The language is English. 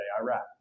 Iraq